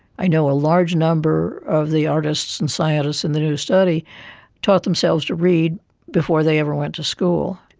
i know a large number of the artists and scientists in the new study taught themselves to read before they ever went to school.